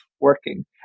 working